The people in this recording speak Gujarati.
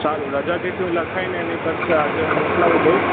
સારું રજા ચિઠ્ઠી હું લખાય એની આજે હું મોકલાવી દઇશ